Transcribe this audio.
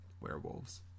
werewolves